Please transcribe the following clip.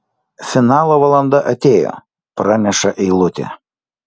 finalo valanda atėjo praneša eilutė